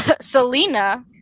Selena